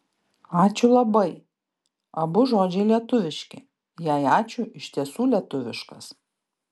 ačiū labai abu žodžiai lietuviški jei ačiū iš tiesų lietuviškas